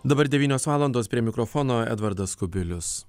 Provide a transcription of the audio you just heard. dabar devynios valandos prie mikrofono edvardas kubilius